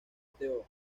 dto